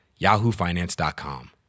yahoofinance.com